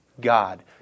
God